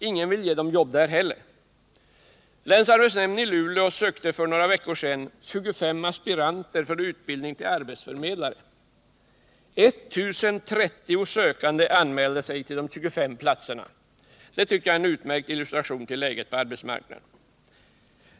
Ingen vill ge dem jobb där heller. Länsarbetsnämnden i Luleå sökte för några veckor sedan 25 aspiranter för utbildning till arbetsförmedlare. 1030 sökande anmälde sig till de 25 platserna, en utmärkt illustration till läget på arbetsmarknaden.